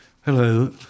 Hello